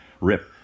Rip